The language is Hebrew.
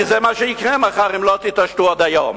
כי זה מה שיקרה מחר אם לא תתעשתו עוד היום.